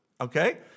okay